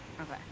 Okay